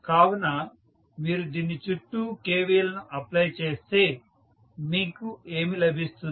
కావున మీరు దీని చుట్టూ KVLను అప్లై చేస్తే మీకు ఏమి లభిస్తుంది